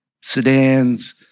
sedans